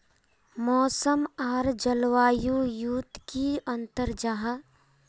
मौसम आर जलवायु युत की अंतर जाहा?